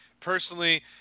personally